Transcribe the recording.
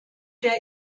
der